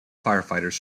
firefighters